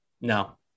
no